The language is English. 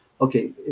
okay